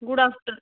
good afternoon